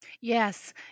Yes